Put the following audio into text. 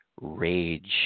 rage